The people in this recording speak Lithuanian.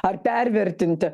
ar pervertinti